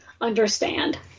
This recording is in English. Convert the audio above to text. understand